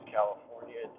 California